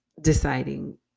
deciding